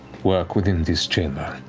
work within this chamber